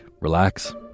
Relax